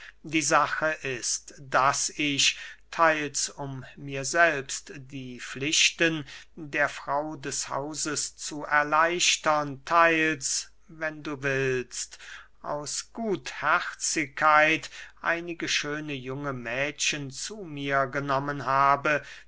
die sache ist daß ich theils um mir selbst die pflichten der frau des hauses zu erleichtern theils wenn du willst aus gutherzigkeit einige schöne junge mädchen zu mir genommen habe